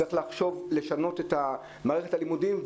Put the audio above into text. צריך לשנות את מערכת הלימודים,